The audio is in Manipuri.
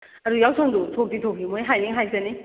ꯑꯗꯨ ꯌꯥꯎꯁꯪꯗꯣ ꯊꯣꯛꯇꯤ ꯊꯣꯛꯁꯤ ꯃꯣꯏ ꯍꯥꯏꯅꯤꯡ ꯍꯥꯏꯖꯅꯤ